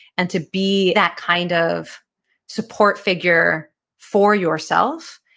and to be that kind of support figure for yourself.